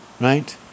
Right